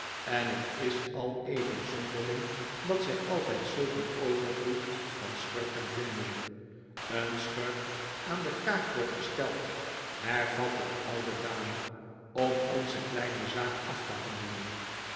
en het is al even zonderling dat zg altp zulk een overvloed van schurken vinden een schurk aan de kaak wordt gesteld hervatte de oude dame om onze kleine zaak af te handelen